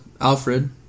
Alfred